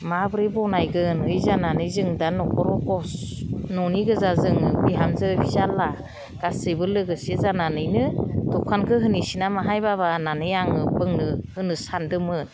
माबोरै बानायगोन ओय जानानै जोङो दा न'खराव न'नि गोजा जोङो बिहामजो फिसाज्ला गासैबो लोगोसे जानानैनो दखानखौ होनिसै नामाहाय बाबा होननानै आङो बुंनो होनो सानदोंमोन